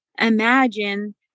imagine